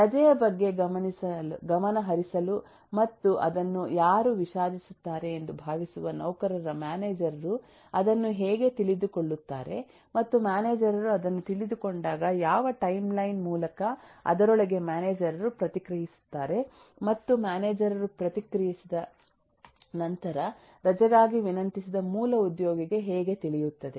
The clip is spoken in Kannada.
ರಜೆಯ ಬಗ್ಗೆ ಗಮನಹರಿಸಲು ಮತ್ತು ಅದನ್ನು ಯಾರು ವಿಷಾದಿಸುತ್ತಾರೆ ಎಂದು ಭಾವಿಸುವ ನೌಕರರ ಮ್ಯಾನೇಜರ್ ರು ಅದನ್ನು ಹೇಗೆ ತಿಳಿದುಕೊಳ್ಳುತ್ತಾರೆಮತ್ತು ಮ್ಯಾನೇಜರ್ ರು ಅದನ್ನು ತಿಳಿದುಕೊಂಡಾಗ ಯಾವ ಟೈಮ್ಲೈನ್ ಮೂಲಕ ಅದರೊಳಗೆ ಮ್ಯಾನೇಜರ್ ರು ಪ್ರತಿಕ್ರಿಯಿಸುತ್ತಾರೆಮತ್ತು ಮ್ಯಾನೇಜರ್ ರು ಪ್ರತಿಕ್ರಿಯಿಸಿದ ನಂತರ ರಜೆಗಾಗಿ ವಿನಂತಿಸಿದ ಮೂಲ ಉದ್ಯೋಗಿಗೆ ಹೇಗೆ ತಿಳಿಯುತ್ತದೆ